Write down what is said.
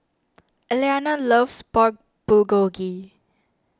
Eliana loves Pork Bulgogi